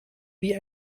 wie